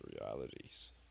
realities